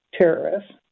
terrorists